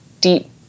deep